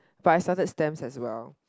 but I started stamps as well